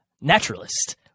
naturalist